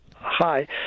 Hi